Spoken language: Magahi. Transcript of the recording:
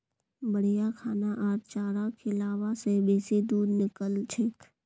बढ़िया खाना आर चारा खिलाबा से बेसी दूध निकलछेक